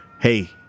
Hey